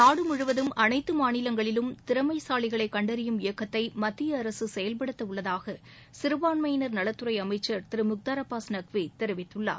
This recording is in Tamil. நாடு முழுவதும் அனைத்து மாநிலங்களில் திறமைசாலிகளைக் கண்டறியும் இயக்கத்தை மத்திய அரசு செயல்படுத்த உள்ளதாக சிறபான்மையினர் நலத்துறை அமைச்சர் திரு முக்தார் அப்பாஸ் நக்வி தெரிவித்துள்ளார்